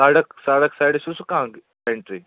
سَڑک سڑک سایڈٕ چھُسہٕ کانٛہہ اینٛٹری